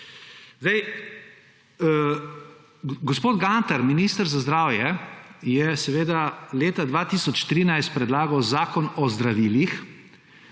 Gospod Gantar, minister za zdravje, je leta 2013 predlagal zakon o zdravilih.